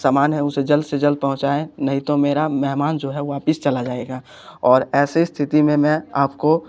समान है उसे जल्द से जल्द पहुँचाए नहीं तो मेरा मेहमान जो है वापस चला जाएगा और ऐसी स्थिति में मैं आपको